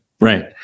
right